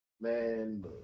Man